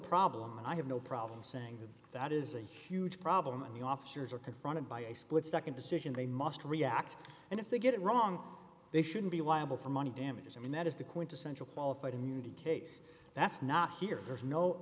problem and i have no problem saying that that is a huge problem and the officers are confronted by a split nd decision they must react and if they get it wrong they shouldn't be liable for money damages and that is the quintessential qualified immunity takes that's not here there is no